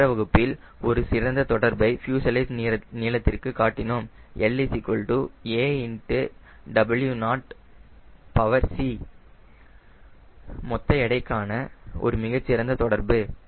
சென்ற வகுப்பில் ஒரு சிறந்த தொடர்பை ஃப்யூசலேஜ் நீளத்திற்கு காட்டினோம் L aW0c மொத்த எடைக்கான ஒரு மிகச்சிறந்த தொடர்பு